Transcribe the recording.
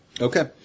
Okay